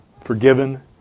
forgiven